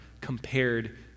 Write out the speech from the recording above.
compared